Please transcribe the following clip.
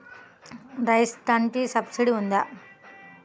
Rain గన్కి subsidy ఉందా?